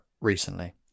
recently